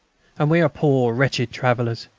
and we are poor wretched travellers.